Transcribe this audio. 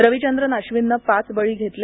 रविचंद्रन अश्विनने पाच बळी घेतले